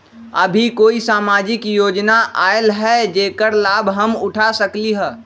अभी कोई सामाजिक योजना आयल है जेकर लाभ हम उठा सकली ह?